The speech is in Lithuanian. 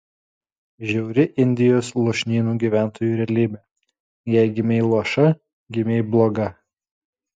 žiauri indijos lūšnynų gyventojų realybė jei gimei luoša gimei bloga